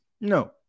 No